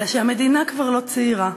אלא שהמדינה כבר לא צעירה,